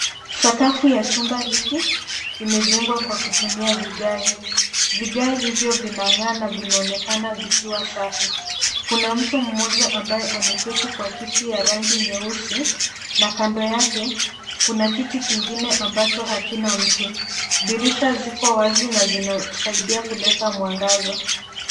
Sakafu ya chumba hiki imejengwa kwa kutumia vigae. Vigae hivyo vinang'aa na vinaonekana vikiwa safi. Kuna mtu mmoja ambaye ameketi kwa kiti ya rangi nyeusi na kando yake kuna kiti kingine ambacho hakina mtu. Dirisha ziko wazi na zinasaidia kuleta mwangaza.